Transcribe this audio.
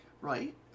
Right